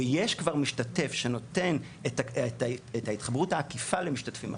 ויש כבר משתתף שנותן את ההתחברות העקיפה למשתתפים האחרים.